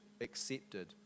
accepted